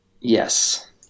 Yes